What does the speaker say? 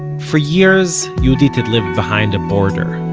for years yehudit had lived behind a border.